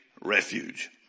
refuge